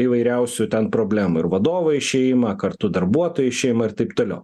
įvairiausių ten problemų ir vadovo išėjimą kartu darbuotojų išėjimą ir taip toliau